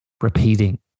repeating